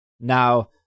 Now